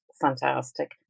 Fantastic